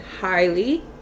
highly